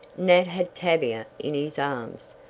nat had tavia in his arms.